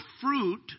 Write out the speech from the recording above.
fruit